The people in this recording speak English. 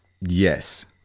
Yes